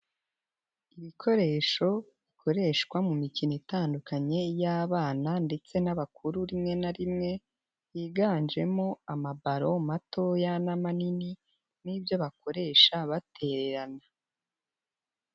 Ibikoresho bikoreshwa mu mikino itandukanye y'abana ndetse n'abakuru rimwe na rimwe, yiganjemo amabaro matoya n'amanini n'ibyo bakoresha batererana.